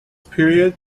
period